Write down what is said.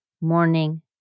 morning